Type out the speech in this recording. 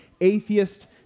atheist